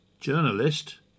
journalist